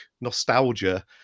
nostalgia